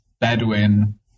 Bedouin